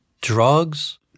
drugs